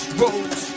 roads